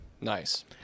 Nice